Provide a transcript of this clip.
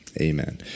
Amen